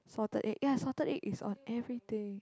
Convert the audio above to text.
salted egg ya salted egg is on everything